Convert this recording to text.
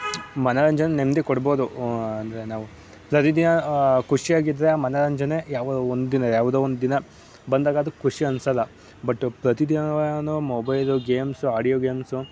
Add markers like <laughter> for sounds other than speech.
ಮನೋರಂಜನೆ ನೆಮ್ಮದಿ ಕೊಡ್ಬೋದು ಅಂದರೆ ನಾವು ಪ್ರತಿದಿನ ಖುಷಿಯಾಗಿದ್ದರೆ ಮನೋರಂಜನೆ ಯಾವುದೋ ಒಂದಿನ ಯಾವುದೋ ಒಂದಿನ ಬಂದಾಗ ಅದು ಖುಷಿ ಅನ್ಸೋಲ್ಲ ಬಟ್ ಪ್ರತಿ ದಿನ <unintelligible> ಮೊಬೈಲು ಗೇಮ್ಸು ಆಡಿಯೋ ಗೇಮ್ಸು